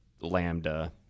Lambda